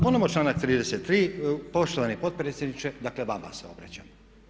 Ponovno članak 33. poštovani potpredsjedniče, dakle vama se obraćam.